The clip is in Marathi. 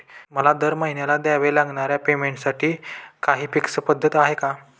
मला दरमहिन्याला द्यावे लागणाऱ्या पेमेंटसाठी काही फिक्स पद्धत आहे का?